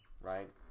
right